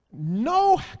No